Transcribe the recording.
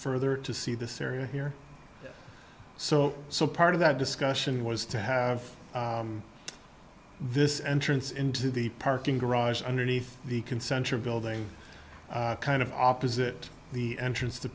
further to see this area here so so part of that discussion was to have this entrance into the parking garage underneath the concentric building kind of opposite the entrance t